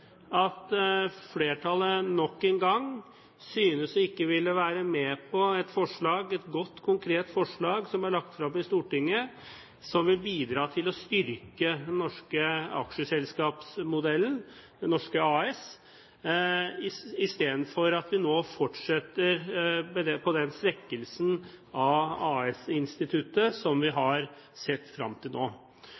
at flertallet nok en gang synes ikke å ville være med på et godt konkret forslag som er lagt frem i Stortinget, som vil bidra til å styrke den norske aksjeselskapsmodellen, det norske AS, og isteden fortsetter med den svekkelsen av AS-instituttet som vi